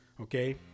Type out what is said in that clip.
Okay